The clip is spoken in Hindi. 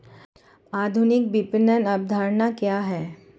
आधुनिक विपणन अवधारणा क्या है?